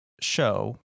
show